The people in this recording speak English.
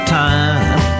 time